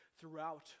throughout